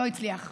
לא הצליח.